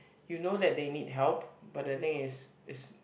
you know that they need help but the thing is